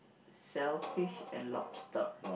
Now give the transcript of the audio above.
shellfish and lobster